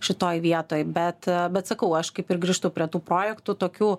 šitoj vietoj bet bet sakau aš kaip ir grįžtu prie tų projektų tokių